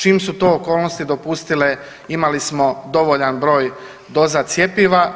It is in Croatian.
Čim su to okolnosti dopustile imali smo dovoljan broj doza cjepiva.